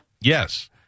Yes